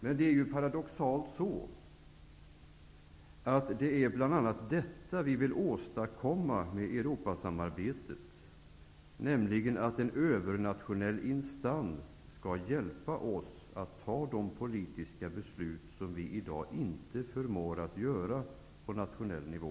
Men det är ju paradoxalt att det bl.a. är detta som vi vill åstadkomma med Europasamarbetet, nämligen att en övernationell instans skall hjälpa oss att fatta de politiska beslut som vi i dag inte förmår göra på nationell nivå.